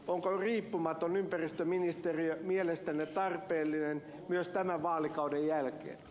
onko riippumaton ympäristöministeriö mielestänne tarpeellinen myös tämän vaalikauden jälkeen